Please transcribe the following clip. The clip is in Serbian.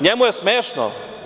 NJemu je smešno.